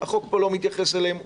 החוק פה לא מתייחס אליהם,